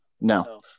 No